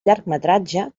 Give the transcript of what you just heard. llargmetratge